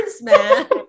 man